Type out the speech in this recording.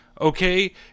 Okay